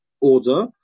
order